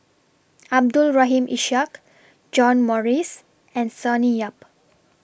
Abdul Rahim Ishak John Morrice and Sonny Yap